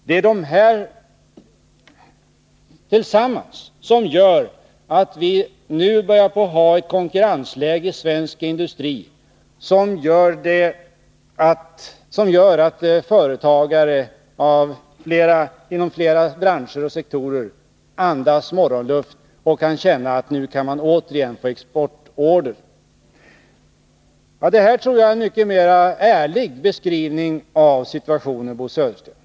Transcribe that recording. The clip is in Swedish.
Det är detta tillsammans som gör att vi nu börjar få ett konkurrensläge i svensk industri som gör att företagare inom flera branscher och sektorer andas morgonluft och kan känna att de nu återigen kan få exportorder. Detta tror jag är en mycket mer ärlig beskrivning av situationen, Bo Södersten.